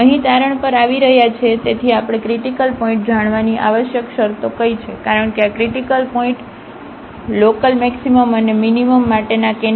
તેથી અહીં તારણ પર આવી રહ્યા છે તેથી આપણે ક્રિટીકલ પોઇન્ટ જાણવાની આવશ્યક શરતો કઈ છે કારણ કે આ ક્રિટીકલ પોઇન્ટ લોકલમેક્સિમમ અને મીનીમમ માટેના કેન્ડિડેટ છે